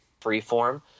Freeform